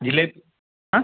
jalebi ஆ